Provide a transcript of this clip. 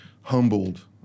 humbled